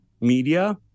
media